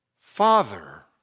Father